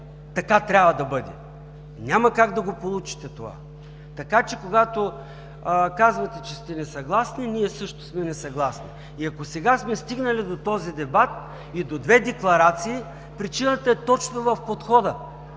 така трябва да бъде. Няма как да го получите това. Когато казвате, че сте несъгласни, ние също сме несъгласни. Ако сега сме стигнали до този дебат и до две декларации, причината е точно в подхода.